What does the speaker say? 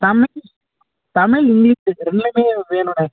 Tamil Tamil English இது ரெண்டுலேயுமே வேணுண்ணே